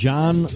John